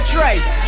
Trace